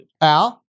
Al